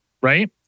right